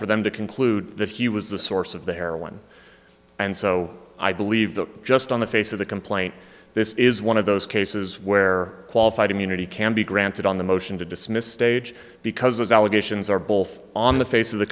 for them to conclude that he was the source of the heroin and so i believe that just on the face of the complaint this is one of those cases where qualified immunity can be granted on the motion to dismiss stage because those allegations are both on the face of the